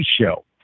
show